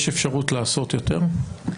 יש אפשרות לעשות יותר?